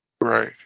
Right